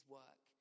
work